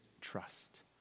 trust